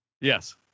Yes